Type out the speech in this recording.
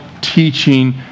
teaching